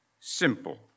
simple